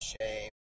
shame